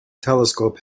telescope